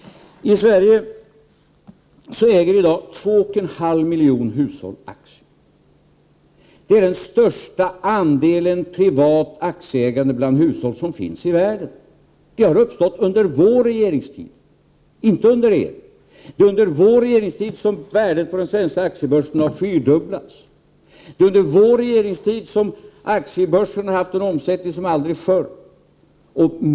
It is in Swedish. I Sverige äger i dag 2,5 miljoner hushåll aktier. Det är den största andel privat aktieägande bland hushåll som finns i världen. Det har uppstått under vår regeringstid, inte under er. Det är under vår regeringstid som värdet på den svenska aktiebörsen har fyrdubblats. Det är under vår regeringstid som aktiebörsen haft en omsättning som aldrig förr.